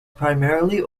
primarily